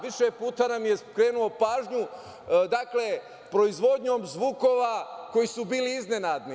Više puta nam je skrenuo pažnju, dakle proizvodnjom zvukova koji su bili iznenadni.